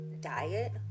diet